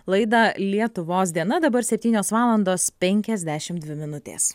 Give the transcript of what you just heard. laidą lietuvos diena dabar septynios valandos penkiasdešim dvi minutės